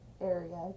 area